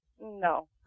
No